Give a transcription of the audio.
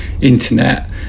internet